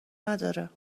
نداره